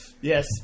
Yes